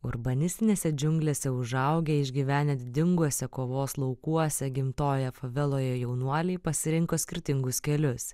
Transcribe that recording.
urbanistinėse džiunglėse užaugę išgyvenę didinguose kovos laukuose gimtoje faveloje jaunuoliai pasirinko skirtingus kelius